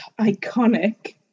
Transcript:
iconic